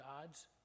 God's